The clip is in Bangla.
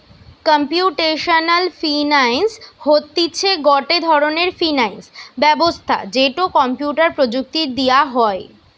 কম্পিউটেশনাল ফিনান্স হতিছে গটে ধরণের ফিনান্স ব্যবস্থা যেটো কম্পিউটার প্রযুক্তি দিয়া হই